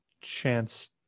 chance